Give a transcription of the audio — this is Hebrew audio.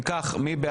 אם כך, מי בעד?